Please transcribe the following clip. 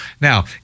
Now